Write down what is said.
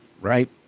right